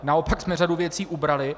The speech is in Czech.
Naopak jsme řadu věcí ubrali.